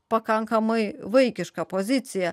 pakankamai vaikiška pozicija